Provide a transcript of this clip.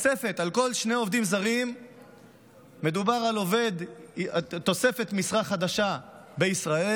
על כל שני עובדים זרים מדובר על עובד תוספת משרה חדשה בישראל,